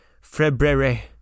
february